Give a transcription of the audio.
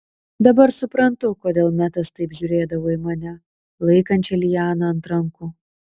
dabar suprantu kodėl metas taip žiūrėdavo į mane laikančią lianą ant rankų